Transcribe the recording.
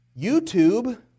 YouTube